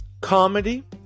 comedy